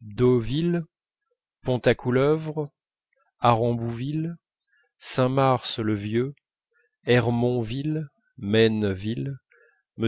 maineville me